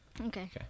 Okay